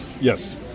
Yes